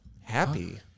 happy